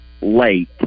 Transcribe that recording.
late